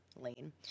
lane